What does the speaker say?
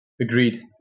Agreed